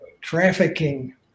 trafficking